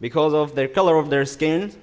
because of their color of their skin